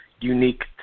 unique